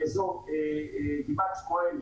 לאזור גבעת שמואל,